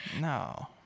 No